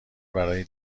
برای